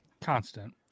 Constant